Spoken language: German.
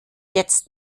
jetzt